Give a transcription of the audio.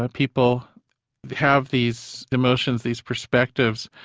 ah people have these emotions, these perspectives,